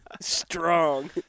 Strong